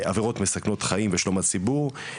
עבירות מסכנות חיים ושלום הציבור.